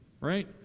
right